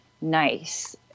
nice